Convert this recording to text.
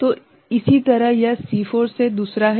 तो इसी तरह यह C4 से दूसरा है